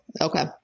okay